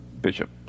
Bishop